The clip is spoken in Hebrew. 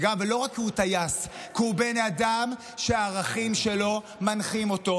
ולא רק כי הוא טייס כי הוא בן אדם שהערכים שלו מנחים אותו,